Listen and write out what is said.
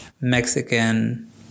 Mexican